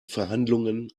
verhandlungen